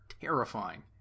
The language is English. terrifying